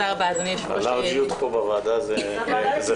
המקרה של יונתן היילו מתחבר לנו ואסור לנו לא להזכיר